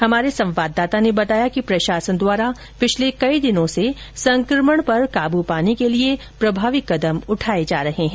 हमारे संवाददाता ने बताया कि प्रशासन द्वारा पिछले कई दिनों से संकमण को रोकने के लिए प्रभावी कदम उठाए जा रहे हैं